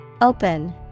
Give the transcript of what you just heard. Open